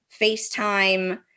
FaceTime